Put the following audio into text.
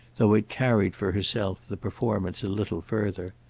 though it carried, for herself, the performance a little further.